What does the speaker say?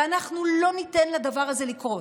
ואנחנו לא ניתן לדבר הזה לקרות.